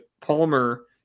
palmer